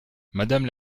madame